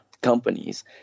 companies